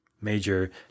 major